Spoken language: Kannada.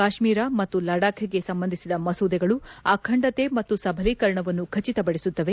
ಕಾಶ್ಮೀರ ಮತ್ತು ಲಡಾಖ್ಗೆ ಸಂಬಂಧಿಸಿದ ಮಸೂದೆಗಳು ಅಖಂಡತೆ ಮತ್ತು ಸಬಲೀಕರಣವನ್ನು ಖಚಿತಪಡಿಸುತ್ತವೆ